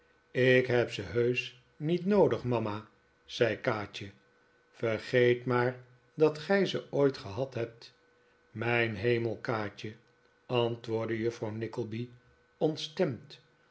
ik heb ze heusch niet noodig mama zei kaatje vergeet maar dat gij ze ooit gehad hebt mijn hemel kaatje antwoordde juffrouw nickleby ontstemd